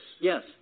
Yes